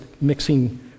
mixing